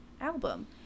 album